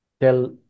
tell